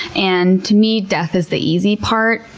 and to me, death is the easy part.